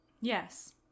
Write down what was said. Yes